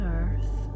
earth